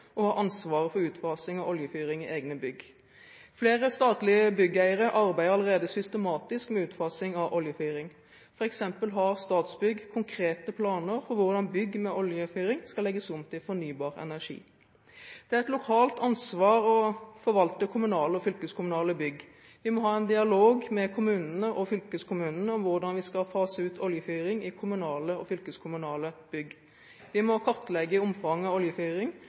for utfasing av oljefyring i egne bygg. Flere statlige byggeiere arbeider allerede systematisk med utfasing av oljefyring. For eksempel har Statsbygg konkrete planer for hvordan bygg med oljefyring skal legge om til bruk av fornybar energi. Det er et lokalt ansvar å forvalte kommunale og fylkeskommunale bygg. Vi må ha en dialog med kommunene og fylkeskommunene om hvordan vi skal fase ut oljefyring i kommunale og fylkeskommunale bygg. Vi må kartlegge omfanget av